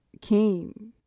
came